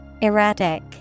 Erratic